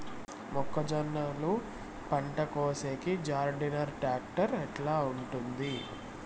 మొక్కజొన్నలు పంట కోసేకి జాన్డీర్ టాక్టర్ ఎట్లా ఉంటుంది?